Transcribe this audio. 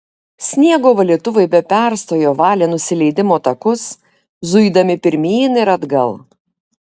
sniego valytuvai be perstojo valė nusileidimo takus zuidami pirmyn ir atgal